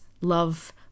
love